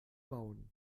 bauen